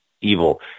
evil